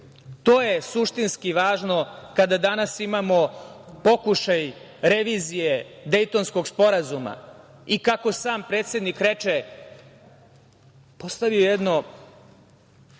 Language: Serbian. je suštinski važno kada danas imamo pokušaj revizije Dejtonskog sporazuma i kako sam predsednik reče, postavio je